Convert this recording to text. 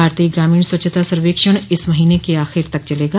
भारतीय ग्रामीण स्वच्छता सर्वेक्षण इस महीने के आखिर तक चलेगा